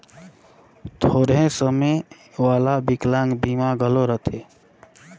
थोरहें समे वाला बिकलांग बीमा घलो रथें